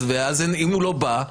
אז אם הוא לא בא,